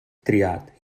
triat